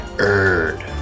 Erd